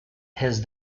his